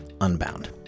Unbound